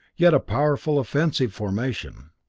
yet a powerful offensive formation.